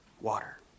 water